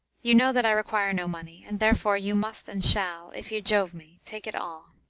you know that i require no money, and, therefore, you must and shall, if you love me, take it all.